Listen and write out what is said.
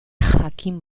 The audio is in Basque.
jakin